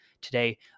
today